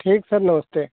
ठीक सर नमस्ते